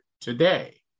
today